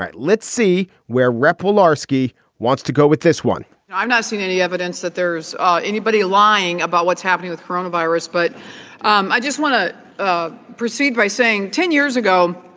let's see where rep. delaski wants to go with this one i've not seen any evidence that there's anybody lying about what's happening with corona virus. but um i just want to ah proceed by saying ten years ago,